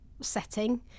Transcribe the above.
setting